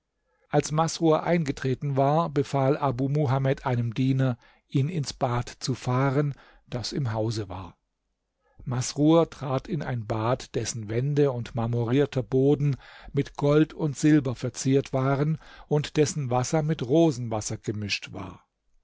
als masrur eingetreten war befahl abu muhamed einem diener ihn ins bad zu fahren das im hause war masrur trat in ein bad dessen wände und marmorierter boden mit gold und silber verziert waren und dessen wasser mit rosenwasser gemischt war